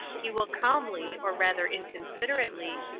he will calmly, or rather inconsiderately,